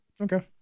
Okay